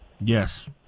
Yes